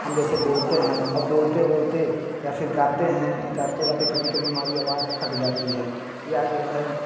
हम जैसे बोलते हैं अब बोलते बोलते या फिर गाते हैं गाते गाते कभी कभी हमारी आवाज़ थक जाती है या जो है